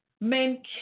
Men